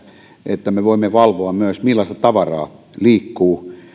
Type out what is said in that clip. että me voimme valvoa myös millaista tavaraa liikkuu